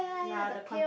yea the con~